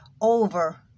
over